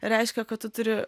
reiškia kad tu turi